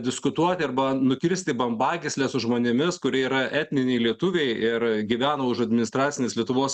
diskutuoti arba nukirsti bambagyslę su žmonėmis kurie yra etniniai lietuviai ir gyvena už administracinės lietuvos